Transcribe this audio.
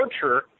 torture